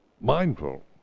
mindful